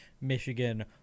Michigan